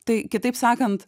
tai kitaip sakant